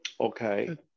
Okay